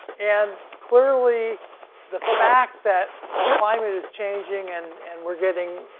and clearly the fact that the climate is changing and and we're getting,